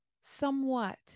somewhat